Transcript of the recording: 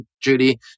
Judy